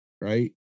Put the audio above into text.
right